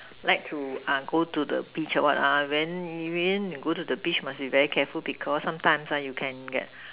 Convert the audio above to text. like to uh go to the beach or what ah when it rains you go to the beach must be very careful because sometimes ah you can get